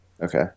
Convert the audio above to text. okay